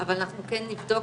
אבל אנחנו כן נבדוק,